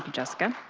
jessica.